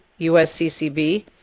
USCCB